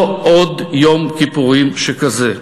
לא עוד יום כיפורים שכזה.